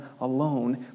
alone